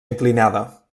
inclinada